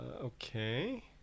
okay